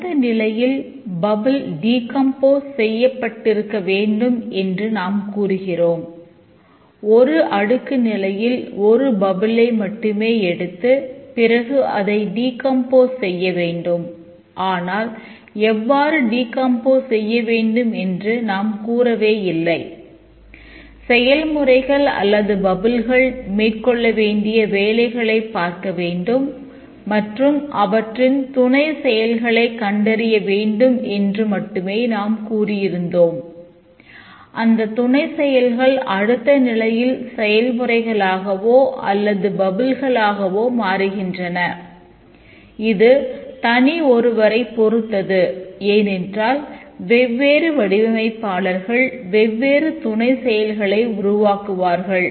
அடுத்த நிலையில் பப்பிள் அமைப்புகளைக் உருவாக்குவார்கள்